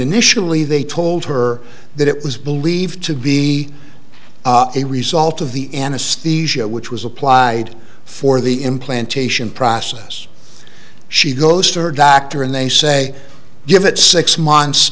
initially they told her that it was believed to be a result of the anesthesia which was applied for the implantation process she goes to her doctor and they say give it six mont